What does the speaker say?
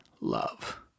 love